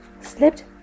slipped